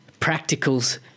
practicals